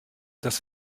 das